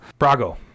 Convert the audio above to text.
brago